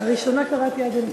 הראשונה קראתי עד אמצעה.